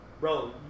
bro